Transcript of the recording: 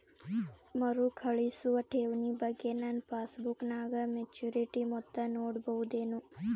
ಮರುಕಳಿಸುವ ಠೇವಣಿ ಬಗ್ಗೆ ನನ್ನ ಪಾಸ್ಬುಕ್ ನಾಗ ಮೆಚ್ಯೂರಿಟಿ ಮೊತ್ತ ನೋಡಬಹುದೆನು?